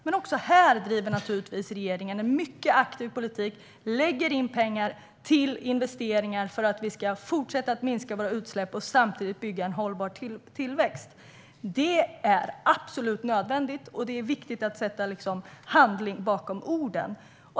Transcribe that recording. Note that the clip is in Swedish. Men också här driver regeringen naturligtvis en mycket aktiv politik och lägger in pengar till investeringar för att vi ska fortsätta minska våra utsläpp och samtidigt bygga en hållbar tillväxt. Det är absolut nödvändigt, och det är viktigt att sätta handling bakom orden.